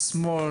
שמאל,